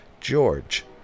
George